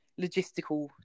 logistical